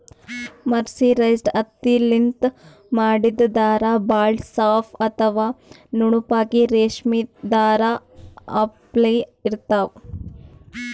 mercerised ಹತ್ತಿಲಿಂತ್ ಮಾಡಿದ್ದ್ ಧಾರಾ ಭಾಳ್ ಸಾಫ್ ಅಥವಾ ನುಣುಪಾಗಿ ರೇಶ್ಮಿ ಧಾರಾ ಅಪ್ಲೆ ಇರ್ತಾವ್